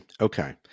Okay